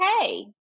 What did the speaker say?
Hey